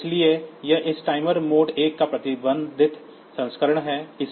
इसलिए यह इस टाइमर मोड 1 का प्रतिबंधित संस्करण है